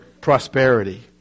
prosperity